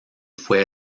fue